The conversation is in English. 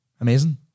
amazing